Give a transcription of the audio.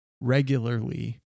regularly